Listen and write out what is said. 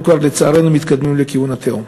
לצערנו אנחנו כבר מתקדמים לכיוון התהום.